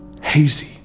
Hazy